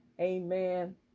amen